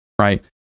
Right